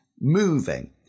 moving